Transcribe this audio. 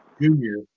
Junior